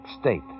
state